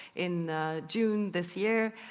in june this year